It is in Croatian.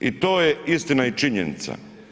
I to je istina i činjenica.